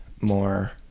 more